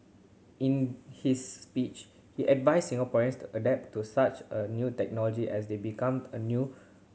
in his speech he advises Singaporeans to adapt to such a new technology as they become a new